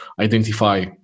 identify